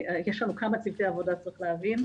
יש לנו כמה צוותי עבודה, צריך להבין.